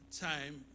time